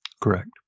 Correct